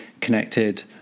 connected